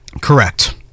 Correct